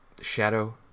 Shadow